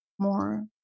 more